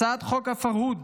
הצעת חוק הפַרְהוּד